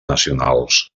nacionals